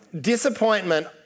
Disappointment